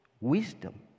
wisdom